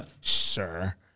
sure